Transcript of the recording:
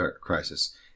crisis